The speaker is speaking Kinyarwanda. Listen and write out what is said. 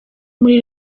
muri